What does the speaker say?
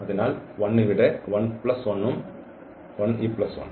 അതിനാൽ 1 ഇവിടെ 1 പ്ലസ് 1 ഉം 1 ഈ പ്ലസ് 1